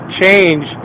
change